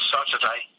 Saturday